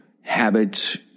habits